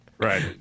Right